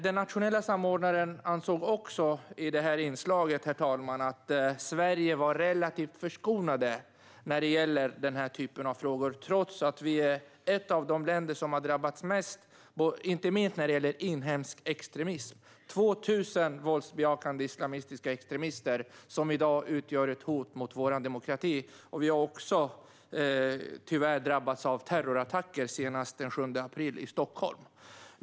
Den nationella samordnaren sa också i detta inslag att Sverige var relativt förskonat när det gäller denna typ av frågor, trots att Sverige är ett av de länder som har drabbats mest inte minst när det gäller inhemsk extremism. Det är 2 000 våldsbejakande islamistiska extremister som i dag utgör ett hot mot vår demokrati. Vi har också tyvärr drabbats av terrorattacker - senast den 7 april i Stockholm.